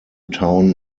town